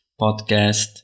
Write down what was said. podcast